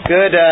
Good